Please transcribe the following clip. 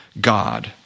God